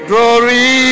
Glory